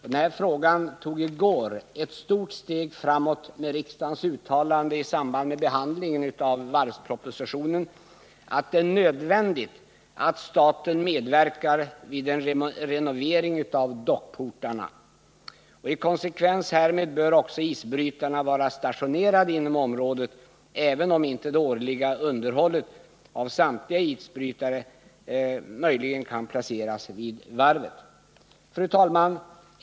Den frågan tog i går ett stort steg framåt med riksdagens uttalande i samband med behandlingen av varvspropositionen att det är nödvändigt att staten medverkar vid en renovering av dockportarna. I konsekvens härmed bör också isbrytarna vara stationerade inom området, även om inte det årliga underhållet av samtliga isbrytare kan placeras vid varvet. Fru talman!